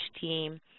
team